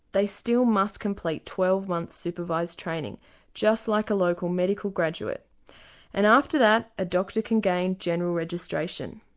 they still must complete twelve months supervised training just like a local medical graduate and after that a doctor can gain general registration.